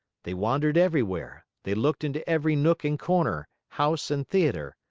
they wandered everywhere, they looked into every nook and corner, house and theater.